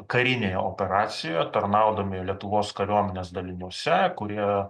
karinėje operacijoje tarnaudami lietuvos kariuomenės daliniuose kurie